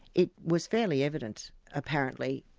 it was fairly evident, apparently,